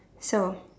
so